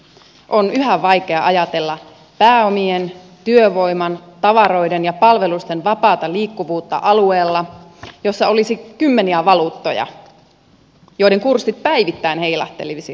on yhä vaikea ajatella pääomien työvoiman tavaroiden ja palvelusten vapaata liikkuvuutta alueella missä olisi kymmeniä valuuttoja joiden kurssit päivittäin heilahtelisivat